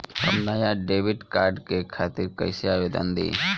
हम नया debit card के खातिर कइसे आवेदन दीं?